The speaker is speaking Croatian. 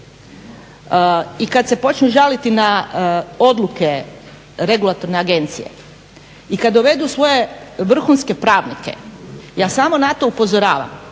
i kada se počnu žaliti na odluke regulatorne agencije i kada dovedu svoje vrhunske pravnike, ja samo na to upozoravam